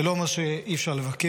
זה לא אומר שאי-אפשר לבקר.